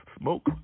Smoke